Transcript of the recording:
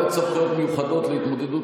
מילה אחרונה, אדוני, באמת.